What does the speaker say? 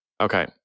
Okay